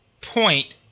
point